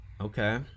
Okay